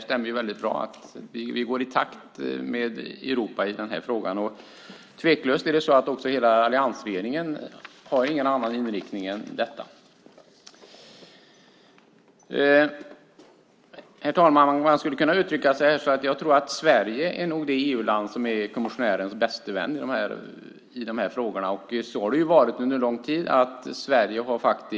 Vi går i takt med Europa i den här frågan, och alliansregeringen har heller inte någon annan inriktning än denna. Herr talman! Man skulle kunna säga att Sverige nog är det EU-land som är kommissionärens bästa vän i dessa frågor.